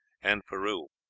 and peru.